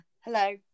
hello